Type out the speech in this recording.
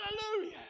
Hallelujah